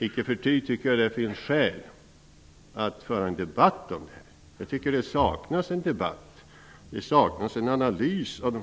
Icke förty finns det skäl att föra en debatt om detta. Det saknas en debatt och en analys av en